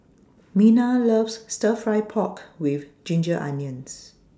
Minna loves Stir Fry Pork with Ginger Onions